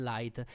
Light